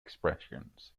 expressions